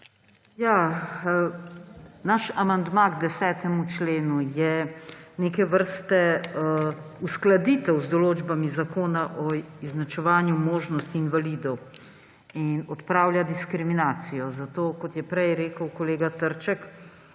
Naš amandma k 10. členu je neke vrste uskladitev z določbami Zakona o izenačevanju možnosti invalidov in odpravlja diskriminacijo, zato – kot je prej rekel kolega Trček